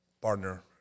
partner